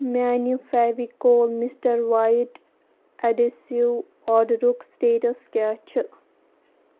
میٛانہِ Fevicol Mr White adhesive آرڈرُک status کیٚاہ چھِ